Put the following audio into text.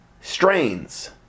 strains